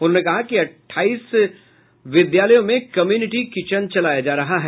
उन्होंने कहा कि अठाईस विद्यालयों में कम्युनिटी किचन चलाया जा रहा है